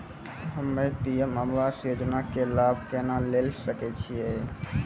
हम्मे पी.एम आवास योजना के लाभ केना लेली सकै छियै?